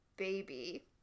baby